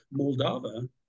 Moldova